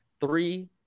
Three